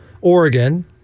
Oregon